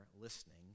listening